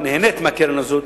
ישראל נהנית מהקרן הזאת,